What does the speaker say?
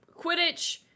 Quidditch